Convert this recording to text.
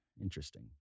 interesting